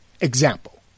Example